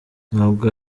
ntabwo